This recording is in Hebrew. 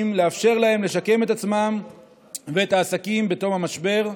ולאפשר להם לשקם את עצמם ואת העסקים בתום המשבר.